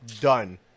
Done